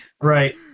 right